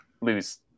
lose